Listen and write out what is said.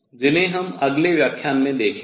जिन्हे हम अगले व्याख्यान में देखेंगे